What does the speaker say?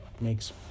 makes